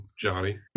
Johnny